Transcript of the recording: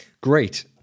Great